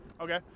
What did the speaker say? Okay